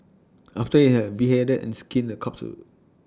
after IT had beheaded and skinned the corpse to